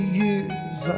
years